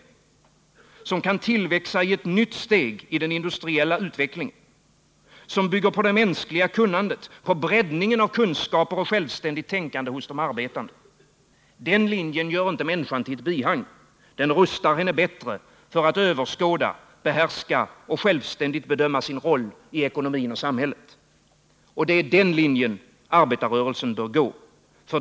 Man kan välja en teknik som innebär tillväxt i ett nytt steg i den industriella utvecklingen, som bygger på det mänskliga kunnandet, på breddningen av kunskaper och självständigt tänkande hos de arbetande. Den linjen gör inte människan till ett bihang. Den rustar henne för att överskåda, behärska och självständigt bedöma sin roll i ekonomi och samhälle. Det är den linjen arbetarrörelsen bör välja.